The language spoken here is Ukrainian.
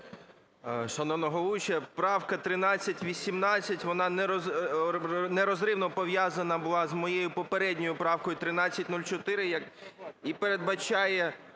Шановна головуюча, правка 1318, вона нерозривно пов'язана була з моєю попередньою правкою 1304 і передбачає